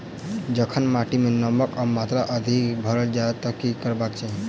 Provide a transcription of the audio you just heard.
जखन माटि मे नमक कऽ मात्रा अधिक भऽ जाय तऽ की करबाक चाहि?